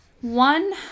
One